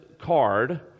card